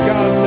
God